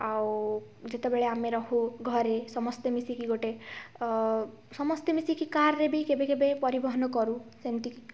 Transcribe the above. ଆଉ ଯେତେବେଳେ ଆମେ ରହୁ ଘରେ ସମସ୍ତେ ମିଶିକି ଗୋଟେ ସମସ୍ତେ ମିଶିକି କାର୍ରେ ବି କେବେ କେବେ ପରିବହନ କରୁ ସେମତିକି